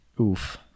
Oof